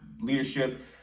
leadership